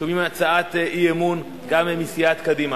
שומעים הצעת אי-אמון גם מסיעת קדימה.